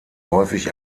häufig